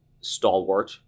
stalwart